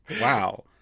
wow